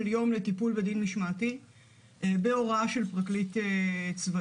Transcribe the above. יום הם מועברים לטיפול בדין משמעתי בהוראה של פרקליט צבאי.